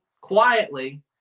quietly –